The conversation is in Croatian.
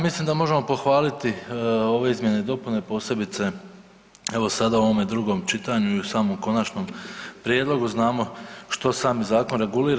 Mislim da možemo pohvaliti ove izmjene i dopune, posebice evo sada u ovome drugom čitanju i u samom konačnom prijedlogu, znamo što sami zakon regulira.